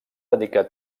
dedicar